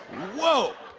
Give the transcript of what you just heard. whoa.